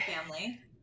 family